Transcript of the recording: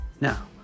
Now